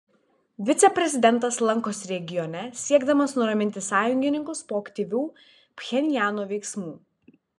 viceprezidentas lankosi regione siekdamas nuraminti sąjungininkus po aktyvių pchenjano veiksmų